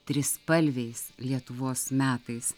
trispalviais lietuvos metais